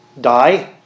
die